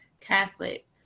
Catholic